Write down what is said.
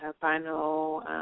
final